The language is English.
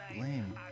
lame